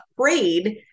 afraid